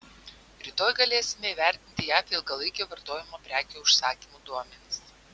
rytoj galėsime įvertinti jav ilgalaikio vartojimo prekių užsakymų duomenis